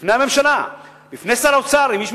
בפני הממשלה, בפני שר האוצר, אם יש בכלל מישהו